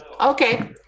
okay